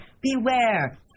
Beware